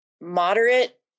Moderate